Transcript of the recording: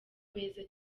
beza